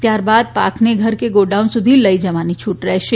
ત્યારબાદ પાકને ઘર કે ગોડાઉન સુધી લઇ જવાની છૂટ રહેશે